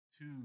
Two